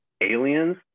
Aliens